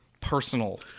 personal